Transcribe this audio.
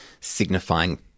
signifying